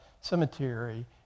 cemetery